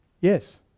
Yes